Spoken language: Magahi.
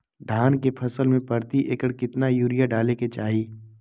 धान के फसल में प्रति एकड़ कितना यूरिया डाले के चाहि?